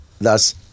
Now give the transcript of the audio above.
thus